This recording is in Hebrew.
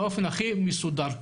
מעבר לזה,